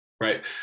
Right